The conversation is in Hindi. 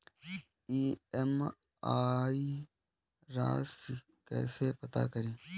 ई.एम.आई राशि कैसे पता करें?